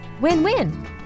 win-win